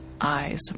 eyes